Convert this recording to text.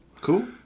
cool